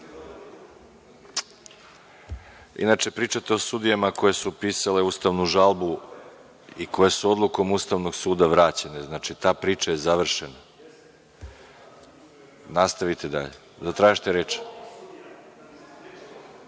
Inače, pričate o sudijama koje su pisale ustavnu žalbu i koje su odlukom Ustavnog suda vraćane. Znači, ta priča je završena. Nastavite dalje. Zatražite reč.